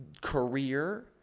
career